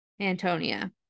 Antonia